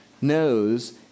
knows